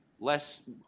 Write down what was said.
less